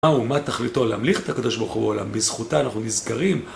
מהו, מה תכליתו להמליך את הקדוש ברוך הוא העולם, בזכותה אנחנו נזכרים.